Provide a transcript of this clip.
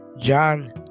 john